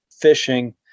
fishing